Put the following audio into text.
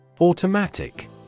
Automatic